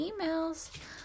emails